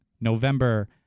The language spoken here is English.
November